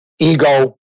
ego